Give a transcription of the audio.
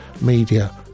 media